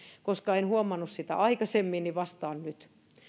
koska en huomannut sitä aikaisemmin niin vastaan nyt